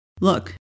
Look